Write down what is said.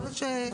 נכון,